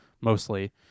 mostly